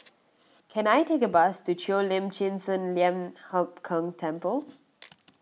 can I take a bus to Cheo Lim Chin Sun Lian Hup Keng Temple